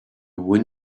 one